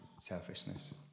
selfishness